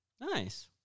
Nice